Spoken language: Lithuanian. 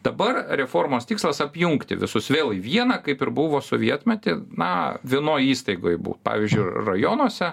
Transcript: dabar reformos tikslas apjungti visus vėl į vieną kaip ir buvo sovietmetį na vienoj įstaigoj pavyzdžiui rajonuose